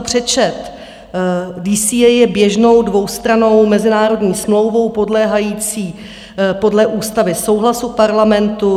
DCA je běžnou dvoustrannou mezinárodní smlouvou podléhající podle ústavy souhlasu Parlamentu.